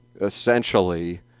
essentially